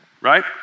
right